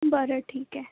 बरं ठीक आहे